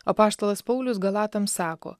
apaštalas paulius galatams sako